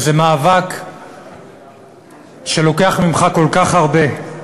וזה מאבק שלוקח ממך כל כך הרבה.